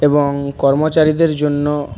এবং কর্মচারীদের জন্য